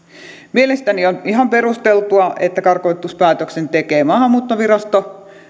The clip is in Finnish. mielestäni on ihan perusteltua että karkotuspäätöksen tekee maahanmuuttovirasto